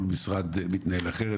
כל משרד מתנהל אחרת,